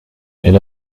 elle